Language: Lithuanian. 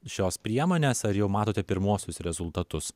šios priemonės ar jau matote pirmuosius rezultatus